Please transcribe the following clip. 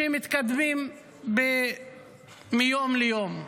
שמתכתבים מיום ליום.